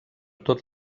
tot